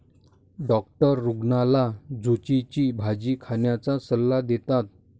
doctor रुग्णाला झुचीची भाजी खाण्याचा सल्ला देतात